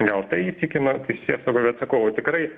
gal tai įtikino teisėsaugą bet sakau tikrai